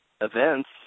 events